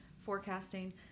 forecasting